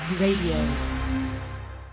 radio